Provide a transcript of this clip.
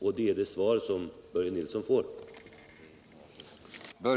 Det är det svar som Börje Nilsson får.